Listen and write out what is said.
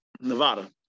Nevada